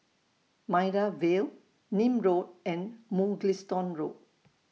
Maida Vale Nim Road and Mugliston Road